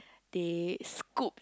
they scoop